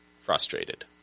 frustrated